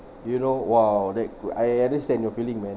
you know !wow! that good I understand your feeling man